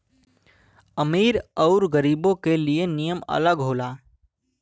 अमीर अउर गरीबो के लिए नियम अलग होला